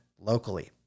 locally